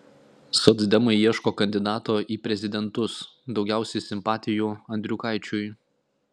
socdemai ieško kandidato į prezidentus daugiausiai simpatijų andriukaičiui